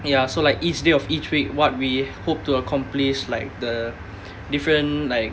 ya so like each day of each week what we hope to accomplish like the different like